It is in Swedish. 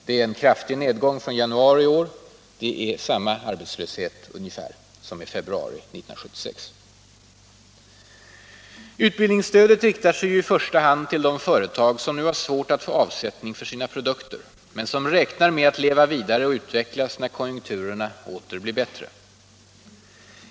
Det är en kraftig nedgång från januari i år och ungefär samma arbetslöshet som i februari 1976. Utbildningsstödet riktar sig ju i första hand till de företag som nu har svårt att få avsättning för sina produkter men som räknar med att leva vidare och utvecklas när konjunkturerna åter blir bättre.